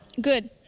Good